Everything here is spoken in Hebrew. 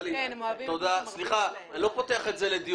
יכולים לפקח מה הם עושים ומה לא עושים.